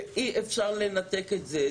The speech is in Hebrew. ואי אפשר לנתק את זה.